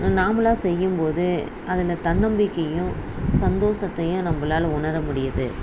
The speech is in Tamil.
நாமளாக செய்யும்போது அதில் தன்னம்பிக்கையும் சந்தோஷத்தையும் நம்பளால் உணரமுடியுது